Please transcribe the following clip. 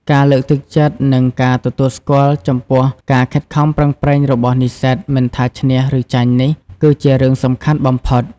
ការលើកទឹកចិត្ត និងការទទួលស្គាល់ចំពោះការខិតខំប្រឹងប្រែងរបស់និស្សិត មិនថាឈ្នះ ឬចាញ់នេះ គឺជារឿងសំខាន់បំផុត។